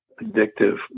addictive